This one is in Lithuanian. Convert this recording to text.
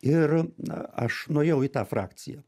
ir aš nuėjau į tą frakciją